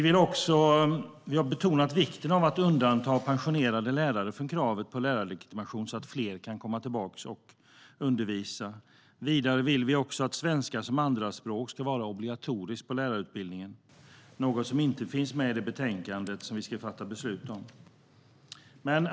Vi har betonat vikten av att undanta pensionerade lärare från kravet på lärarlegitimation så att fler kan komma tillbaka och undervisa. Vi vill vidare att svenska som andraspråk ska vara obligatoriskt på lärarutbildningen. Det är något som inte finns med i betänkandet som vi ska fatta beslut om.